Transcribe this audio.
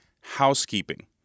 housekeeping